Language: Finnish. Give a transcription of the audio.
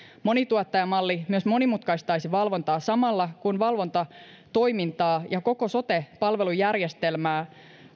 monituottajamalli myös monimutkaistaisi valvontaa samalla kun hallitus kohdentaa valvontatoimintaan ja koko sote palvelujärjestelmään